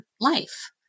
life